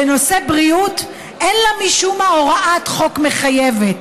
בנושא בריאות אין לה משום מה הוראת חוק מחייבת.